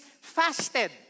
fasted